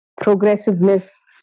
progressiveness